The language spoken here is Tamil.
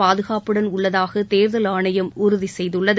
பாதுகாப்புடன் உள்ளதாக தேர்தல் ஆணையம் உறுதி செய்துள்ளது